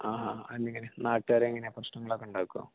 ആ ആ ആ എങ്ങനെയാണ് നാട്ടുകാരെങ്ങനെയാണ് പ്രശ്നങ്ങളൊക്കെയുണ്ടാക്കുവോ